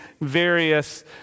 various